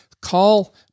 Call